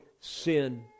sin